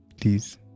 Please